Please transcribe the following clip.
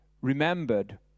remembered